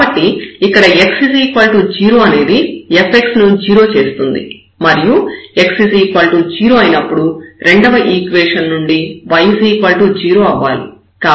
కాబట్టి ఇక్కడ x 0 అనేది fxను 0 చేస్తుంది మరియు x 0 అయినప్పుడు రెండవ ఈక్వేషన్ నుండి y 0 అవ్వాలి